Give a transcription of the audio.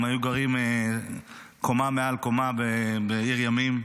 הם היו גרים קומה מעל קומה בעיר ימים,